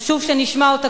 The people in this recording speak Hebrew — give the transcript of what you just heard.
וחשוב שנשמע אותה,